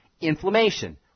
inflammation